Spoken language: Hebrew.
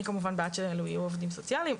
אני כמובן בעד שאלו יהיו עובדים סוציאליים,